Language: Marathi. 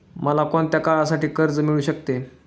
मला कोणत्या काळासाठी कर्ज मिळू शकते?